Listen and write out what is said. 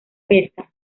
pesca